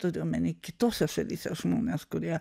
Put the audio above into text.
turi omeny kitose šalyse žmonės kurie